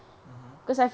mmhmm